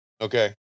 Okay